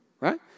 right